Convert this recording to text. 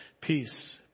peace